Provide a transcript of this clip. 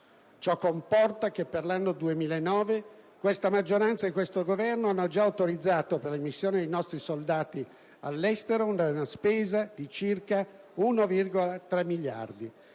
Ciò comporta che, per l'anno 2009, questa maggioranza e questo Governo hanno già autorizzato per le missioni dei nostri soldati all'estero una spesa di circa 1,3 miliardi